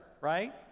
right